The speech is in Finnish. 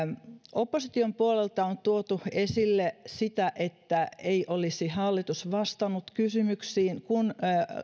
opposition puolelta on tuotu esille sitä että ei olisi hallitus vastannut kysymyksiin kun